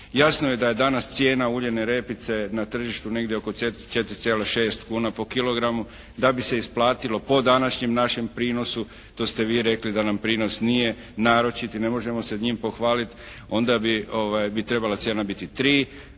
Jasno je da je danas cijena uljane repice na tržištu negdje oko 4,6 kuna po kilogramu, da bi se isplatilo po današnjem našem prinosu to ste vi rekli da nam prinos nije naročit i ne možemo se njime pohvaliti. Onda bi trebala cijena trebala